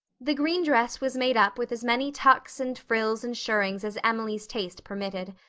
the green dress was made up with as many tucks and frills and shirrings as emily's taste permitted.